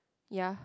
ya